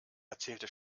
erzählte